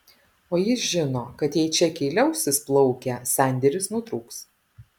o jis žino kad jei čekiai liausis plaukę sandėris nutrūks